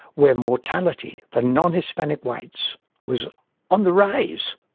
where mortality for non-hispanic whites was on the rise.